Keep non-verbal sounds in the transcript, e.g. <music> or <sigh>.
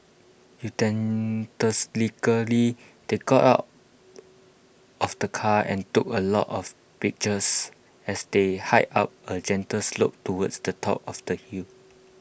<unintelligible> they got out of the car and took A lot of pictures as they hiked up A gentle slope towards the top of the hill